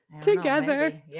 together